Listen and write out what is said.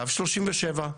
קו 37,